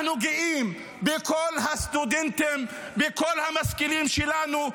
אנחנו גאים בכל הסטודנטים, בכל המשכילים שלנו.